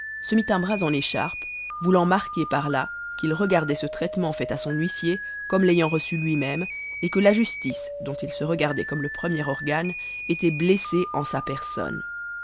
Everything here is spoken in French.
mit un bras en écharpe voulant marquer par-là qu'il regardait ce traitement fait à son huissier comme l'ayant reçu lui-même et que la justice dont il se regardait comme le premier organe était blessée en sa personne